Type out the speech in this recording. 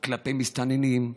כלפי מסתננים,